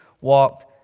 walked